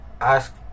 ask